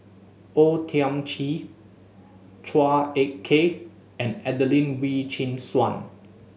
O Thiam Chin Chua Ek Kay and Adelene Wee Chin Suan